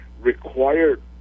required